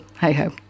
hey-ho